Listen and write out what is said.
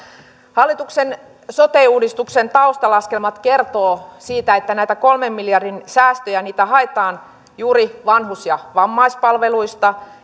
hallituksen sote uudistuksen taustalaskelmat kertovat siitä että näitä kolmen miljardin säästöjä haetaan juuri vanhus ja vammaispalveluista